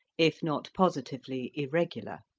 if not positively irregular.